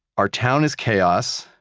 our town is chaos.